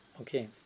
okay